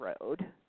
road